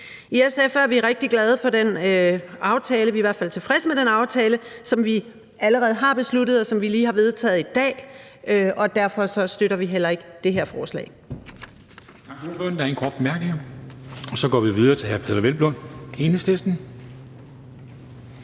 I SF er vi rigtig glade for aftalen. Vi er i hvert fald tilfredse med den aftale, som vi allerede har besluttet, og som vi lige har vedtaget i dag. Derfor støtter vi heller ikke det her forslag.